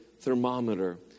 thermometer